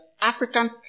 African